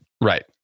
Right